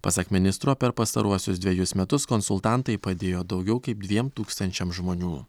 pasak ministro per pastaruosius dvejus metus konsultantai padėjo daugiau kaip dviem tūkstančiam žmonių